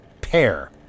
pair